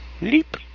leap